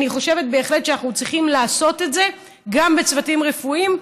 אני חושבת שאנחנו בהחלט צריכים לעשות את זה גם בצוותים רפואיים,